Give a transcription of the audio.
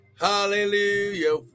hallelujah